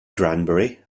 granbury